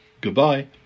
goodbye